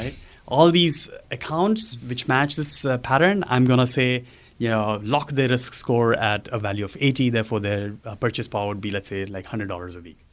all these accounts which match this pattern, i'm going to say yeah lock their risk score at a value of eighty. therefore, their purchase power would be, let's say, like one hundred dollars a week.